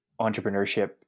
entrepreneurship